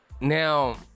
Now